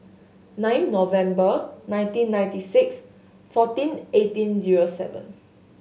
nine November nineteen ninety six fourteen eighteen zero seven